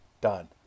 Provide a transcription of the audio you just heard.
Done